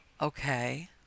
Okay